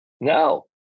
no